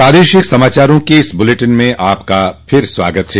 प्रादेशिक समाचारों के इस बुलेटिन में आपका फिर से स्वागत है